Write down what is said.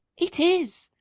it is!